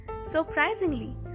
surprisingly